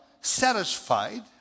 satisfied